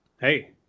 Hey